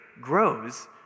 grows